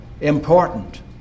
important